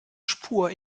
spur